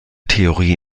theorie